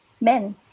men